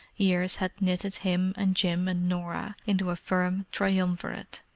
years had knitted him and jim and norah into a firm triumvirate,